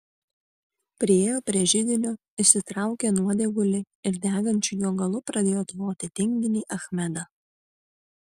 priėjo prie židinio išsitraukė nuodėgulį ir degančiu jo galu pradėjo tvoti tinginį achmedą